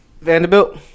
Vanderbilt